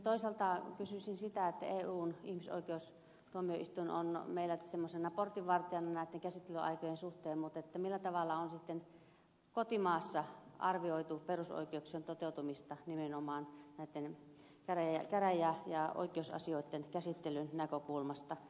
toisaalta kysyisin siitä kun eyn ihmisoikeustuomioistuin on meillä semmoisena portinvartijana näitten käsittelyaikojen suhteen millä tavalla on kotimaassa arvioitu perusoikeuksien toteutumista nimenomaan käräjä ja muiden oikeusasioitten käsittelyn näkökulmasta